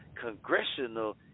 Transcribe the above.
congressional